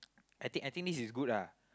I think I think this is good ah